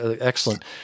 excellent